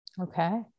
Okay